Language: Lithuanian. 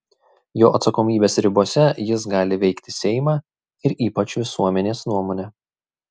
jo atsakomybės ribose jis gali veikti seimą ir ypač visuomenės nuomonę